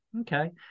okay